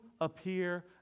appear